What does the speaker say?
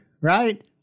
right